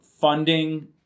funding